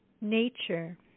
Nature